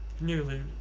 nearly